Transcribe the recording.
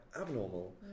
abnormal